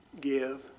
give